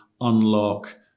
unlock